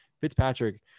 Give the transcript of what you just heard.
Fitzpatrick